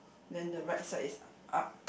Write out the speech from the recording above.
then the right side is uh up